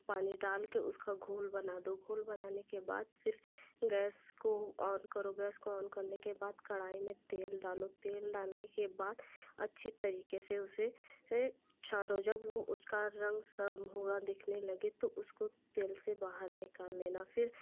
पानी डाल के उसका घोल बना दो घोल बनाने के बाद फ़िर गैस को ऑन करो गैस को ऑन करने के बाद कढ़ाई में तेल डालो तेल डालने के बाद अच्छी तरीके से उसे फिर छानो जब वो उसका रंग हुआ देखने लगे तो उसको तेल से बाहर निकाल लेना फिर